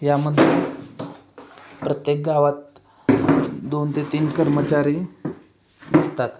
यामध्ये प्रत्येक गावात दोन ते तीन कर्मचारी असतात